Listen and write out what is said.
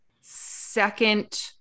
second